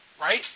right